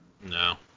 No